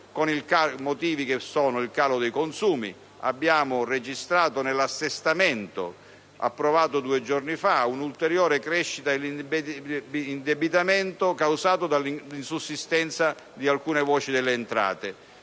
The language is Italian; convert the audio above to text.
in particolare, il calo dei consumi, visto che abbiamo registrato nell'assestamento approvato due giorni fa un'ulteriore crescita di indebitamento causato dall'insussistenza di alcune voci delle entrate.